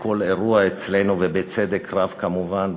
וכל אירוע אצלנו, ובצדק רב, כמובן.